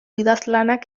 idazlanak